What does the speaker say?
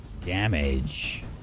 damage